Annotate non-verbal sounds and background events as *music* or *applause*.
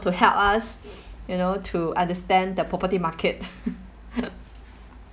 to help us you know to understand the property market *laughs*